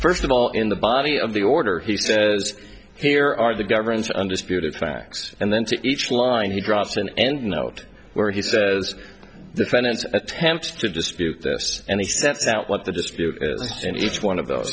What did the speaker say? first of all in the body of the order he says here are the government's undisputed facts and then to each line he drops in and out where he says the finance attempts to dispute this and he sets out what the dispute and it's one of those